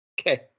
Okay